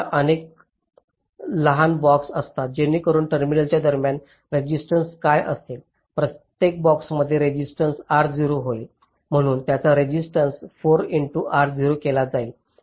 आता अशा अनेक लहान बॉक्स असतात जेणेकरून टर्मिनलच्या दरम्यान रेसिस्टन्स काय असेल प्रत्येक बॉक्समध्ये रेसिस्टन्स होईल म्हणून याचा रेसिस्टन्स केला जाईल